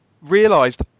realised